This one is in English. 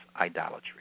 idolatry